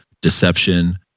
deception